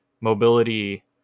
mobility